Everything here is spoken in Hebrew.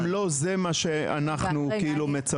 גם לא זה מה שאנחנו מצפים.